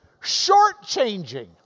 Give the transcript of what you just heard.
shortchanging